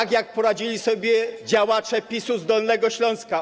Tak jak poradzili sobie działacze PiS-u z Dolnego Śląska.